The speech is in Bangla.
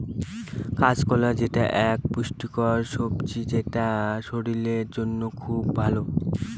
কাঁচকলা যেটা এক পুষ্টিকর সবজি সেটা শরীরের জন্য খুব ভালো